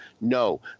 no